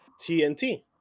TNT